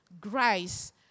Grace